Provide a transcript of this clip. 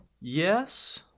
Yes